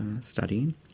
studying